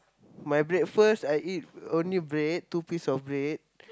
my breakfast I eat only bread two piece of bread